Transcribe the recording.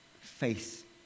Faith